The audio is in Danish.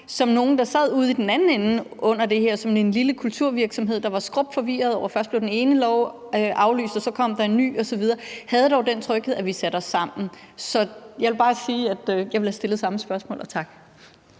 som en, der sad ude i den anden ende under det her i en lille kulturvirksomhed og var skrupforvirret over, at først blev den ene lov aflyst, og at så kom der en ny osv., sige, at vi dog havde den tryghed, at man satte sig sammen. Så jeg vil bare sige, at jeg ville have stillet samme spørgsmål. Kl.